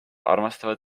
armastavad